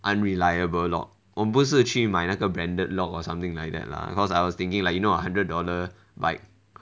unreliable lock 我不是去买那个 branded lock or something like that lah cause I was thinking like you know a hundred dollar bike